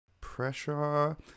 Pressure